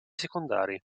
secondari